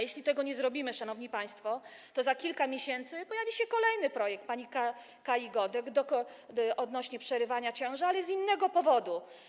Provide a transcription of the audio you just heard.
Jeśli tego nie zrobimy, szanowni państwo, to za kilka miesięcy pojawi się kolejny projekt pani Kai Godek odnośnie do przerywania ciąży, ale z innego powodu.